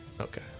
Okay